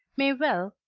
may well,